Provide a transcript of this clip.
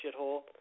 shithole